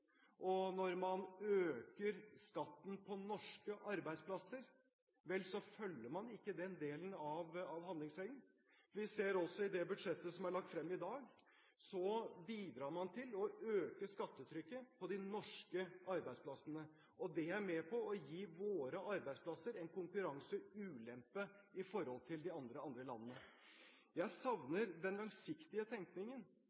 og når man øker skatten på norske arbeidsplasser, følger man ikke den delen av handlingsregelen. Vi ser også i det budsjettet som er lagt frem i dag, at man bidrar til å øke skattetrykket på de norske arbeidsplassene, og det er med på å gi våre arbeidsplasser en konkurranseulempe, sammenliknet med de andre landene. Jeg